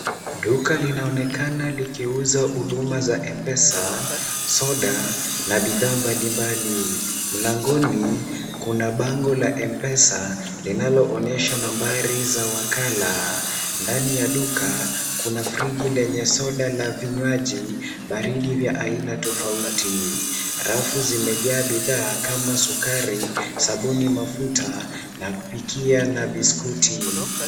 Duka linaonekana likiuza huduma za M-pesa, soda na bidhaa mbalimbali. Mlangoni kuna bango la M-pesa linaloonyesha nambari za wakala, ndani ya duka , kuna friji lenye soda na vinywaji baridi vya aina tofauti. Rafu zimejaa bidhaa kama sukari, sabuni, mafuta ya kupikia na biskuti.